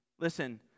Listen